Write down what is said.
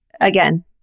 again